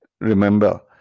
Remember